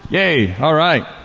yeah, alright.